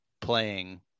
playing